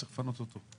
צריך לפנות אותו.